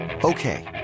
Okay